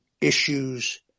issues